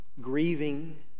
grieving